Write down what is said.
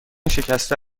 شکسته